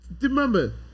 Remember